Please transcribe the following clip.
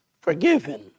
forgiven